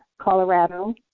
Colorado